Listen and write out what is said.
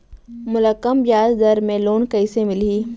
मोला कम ब्याजदर में लोन कइसे मिलही?